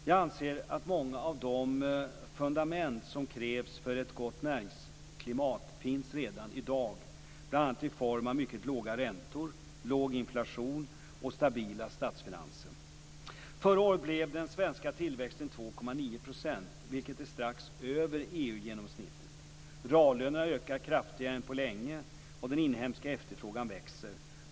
Jag anser att många av de fundament som krävs för ett gott näringsklimat redan finns i dag bl.a. i form av mycket låga räntor, låg inflation och stabila statsfinanser. Förra året blev den svenska tillväxten 2,9 %, vilket är strax över EU-genomsnittet. Reallönerna ökar kraftigare än på länge och den inhemska efterfrågan växer.